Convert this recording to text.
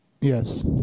Yes